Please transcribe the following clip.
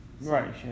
Right